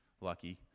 Lucky